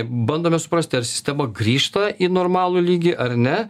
bandome suprasti ar sistema grįžta į normalų lygį ar ne